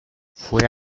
fue